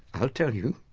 i'll tell you,